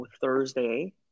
Thursday